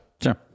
sure